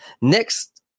Next